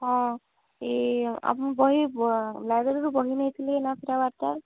ହଁ ଏଇ ଆପଣ ବହି ଲାଇବ୍ରେରୀରୁ ବହି ନେଇଥିଲେ ନା